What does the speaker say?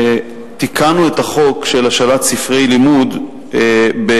תיקנו את החוק של השאלת ספרי לימוד כאן,